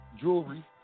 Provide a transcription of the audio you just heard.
Jewelry